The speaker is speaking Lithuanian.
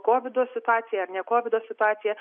kovido situacija ar ne kovido situacija